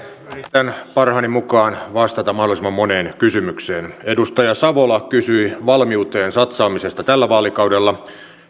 yritän parhaani mukaan vastata mahdollisimman moneen kysymykseen edustaja savola kysyi valmiuteen satsaamisesta tällä vaalikaudella